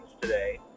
today